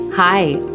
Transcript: Hi